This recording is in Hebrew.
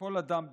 כל אדם בשווייץ,